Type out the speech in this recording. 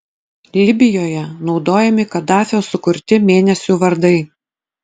libijoje naudojami kadafio sukurti mėnesių vardai